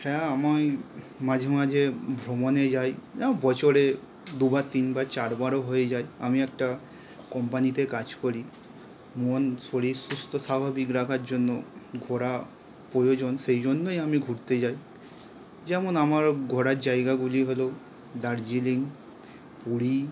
হ্যাঁ আমি মাঝে মাঝে ভ্রমণে যাই না বছরে দু বার তিন বার চার বারও হয়ে যায় আমি একটা কোম্পানিতে কাজ করি মন শরীর সুস্থ স্বাভাবিক রাখার জন্য ঘোরা প্রয়োজন সেই জন্যই আমি ঘুরতে যাই যেমন আমার ঘোরার জায়গাগুলি হলো দার্জিলিং পুরী